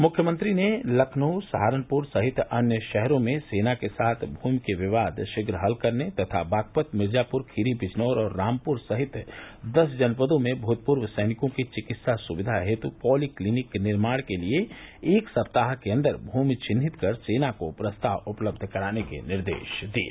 मुख्यमंत्री ने लखनऊ सहारनपुर सहित अन्य शहरों में सेना के साथ भूमि के विवाद शीघ्र हल करने तथा बागपत मिर्जापुर खीरी बिजनौर और रामपुर सहित दस जनपदों में भूतपूर्व सैनिकों की चिकित्सा सुविधा हेतु पॉली क्लीनिक निर्माण के लिए एक सप्ताह के अंदर भूमि चिन्हित कर सेना को प्रस्ताव उपलब्ध कराने के निर्देश दिये